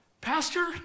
pastor